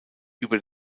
über